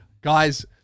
Guys